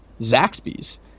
zaxby's